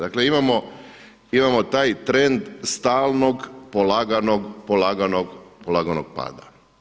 Dakle imamo taj trend stalnog polaganog, polaganog, polaganog pada.